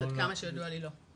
עד כמה שידוע לי לא.